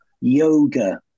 yoga